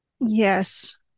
yes